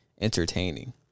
entertaining